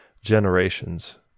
generations